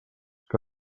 que